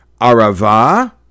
Arava